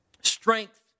Strength